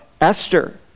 Esther